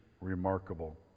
remarkable